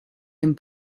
dem